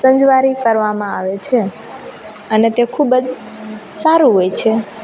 સંજવારી કરવામાં આવે છે અને તે ખૂબ જ સારું હોય છે